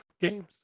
games